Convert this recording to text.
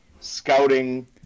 scouting